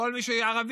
כל מי שהוא ערבי,